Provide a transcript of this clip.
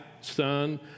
son